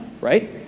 right